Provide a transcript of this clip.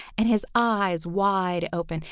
and his eyes wide open,